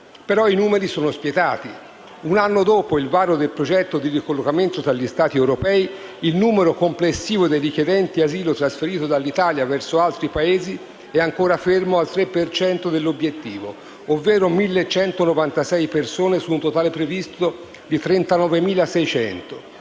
però, sono spietati. Un anno dopo il varo del progetto di ricollocamento tra gli Stati europei, il numero complessivo dei richiedenti asilo trasferiti dall'Italia verso altri Paesi è ancora fermo al 3 per cento dell'obiettivo, ovvero 1.196 persone su un totale previsto di 39.600.